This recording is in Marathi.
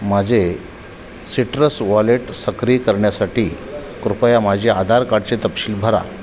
माझे सिट्रस वॉलेट सक्रिय करण्यासाठी कृपया माझे आधार काडचे तपशील भरा